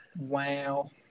wow